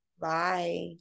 Bye